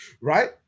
Right